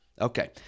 Okay